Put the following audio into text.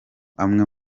amwe